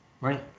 Right